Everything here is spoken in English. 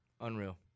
Unreal